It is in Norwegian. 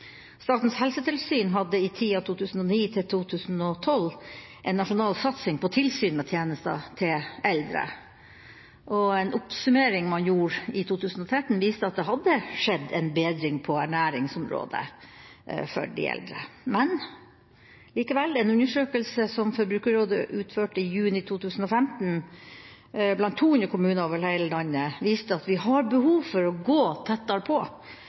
Statens helsetilsyn hadde i tida 2009–2012 en nasjonal satsing på tilsyn med tjenester til eldre, og en oppsummering man gjorde i 2013, viste at det hadde skjedd en bedring på ernæringsområdet for de eldre. Likevel: En undersøkelse som Forbrukerrådet utførte i juni i 2015 blant 200 kommuner over hele landet, viste at vi har behov for å gå tettere på.